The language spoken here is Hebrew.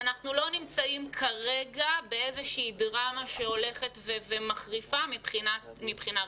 אנחנו לא נמצאים כרגע באיזושהי דרמה שהולכת ומחריפה מבחינה רפואית.